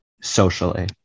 socially